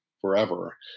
forever